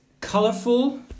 colorful